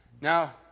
Now